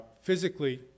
physically